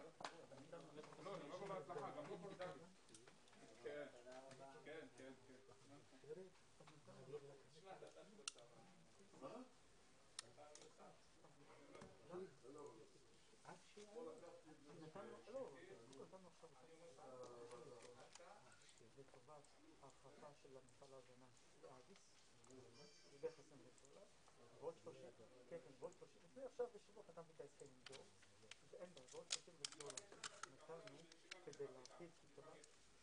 הישיבה ננעלה בשעה 10:57.